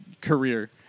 career